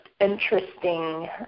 interesting